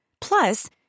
Plus